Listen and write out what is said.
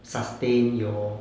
sustain your